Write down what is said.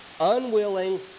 unwilling